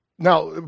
Now